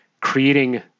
creating